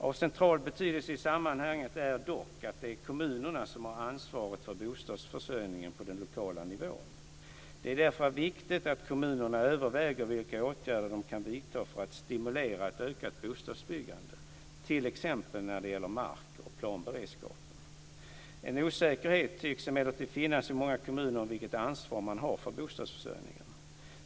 Av central betydelse i sammanhanget är dock att det är kommunerna som har ansvaret för bostadsförsörjningen på den lokala nivån. Det är därför viktigt att kommunerna överväger vilka åtgärder de kan vidta för att stimulera ett ökat bostadsbyggande, t.ex. när det gäller mark och planberedskapen. En osäkerhet tycks emellertid finnas i många kommuner om vilket ansvar man har för bostadsförsörjningen.